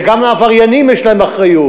וגם העברייניים יש להם אחריות.